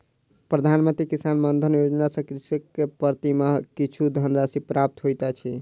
प्रधान मंत्री किसान मानधन योजना सॅ कृषक के प्रति माह किछु धनराशि प्राप्त होइत अछि